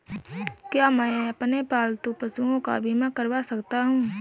क्या मैं अपने पालतू पशुओं का बीमा करवा सकता हूं?